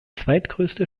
zweitgrößte